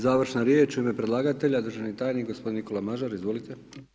Završna riječ u ime predlagatelja državni tajnik gospodin Nikola Mažar, izvolite.